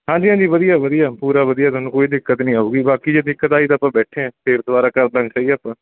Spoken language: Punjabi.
ਹਾਂਜੀ ਹਾਂਜੀ ਵਧੀਆ ਵਧੀਆ ਪੂਰਾ ਵਧੀਆ ਤੁਹਾਨੂੰ ਕੋਈ ਦਿੱਕਤ ਨਹੀਂ ਆਉਗੀ ਬਾਕੀ ਜੇ ਦਿੱਕਤ ਆਈ ਤਾਂ ਆਪਾਂ ਬੈਠੇ ਹਾਂ ਫਿਰ ਦੁਬਾਰਾ ਕਰਦਾਂਗੇ ਸਹੀ ਆਪਾਂ